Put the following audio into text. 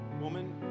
woman